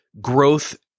growth